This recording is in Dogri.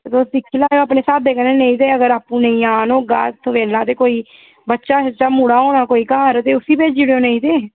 तुस दिक्खी लैएओ अपने स्हाबै कन्नै नेईं ते अगर आपूं नेईं औन होगा सवेल्ला ते कोई बच्चा शुच्चा मुड़ा होना कोई घर ते उस्सी भेजी ओड़ेओ नेईं ते